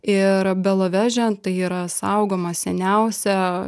ir beloveže tai yra saugoma seniausia